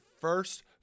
first